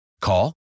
Call